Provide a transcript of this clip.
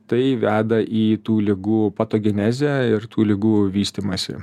tai veda į tų ligų patogenezę ir tų ligų vystymąsi